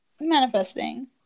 manifesting